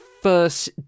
first